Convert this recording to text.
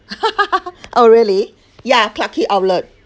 oh really ya clarke quay outlet